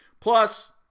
Plus